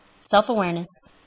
Self-awareness